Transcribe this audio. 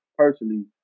personally